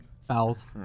Fouls